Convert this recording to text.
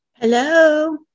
Hello